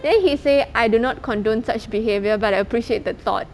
then he say I do not condone such behaviour but I appreciate the thought